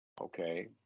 Okay